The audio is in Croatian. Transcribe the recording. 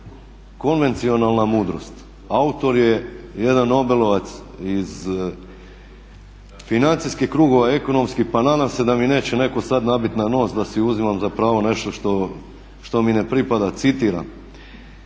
Konvencionalna mudrost, autor je jedan nobelovac iz financijskih krugova, ekonomskih, pa nadam se da mi neće netko sada nabiti na nos da si uzimam za pravo nešto što mi ne pripada. Citiram,